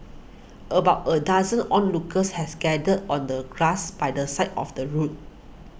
about a dozen onlookers has gathered on the grass by the side of the road